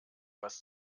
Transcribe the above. was